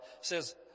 says